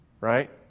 right